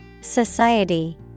Society